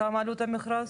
כמה עלות המכרז?